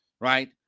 right